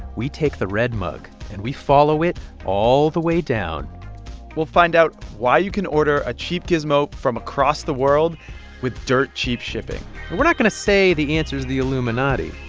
we take the red mug, and we follow it all the way down we'll find out why you can order a cheap gizmo from across the world with dirt-cheap shipping and we're not going to say the answer is the illuminati.